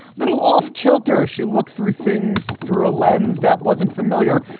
little off kilter as she look through things through a lens that wasn't familiar.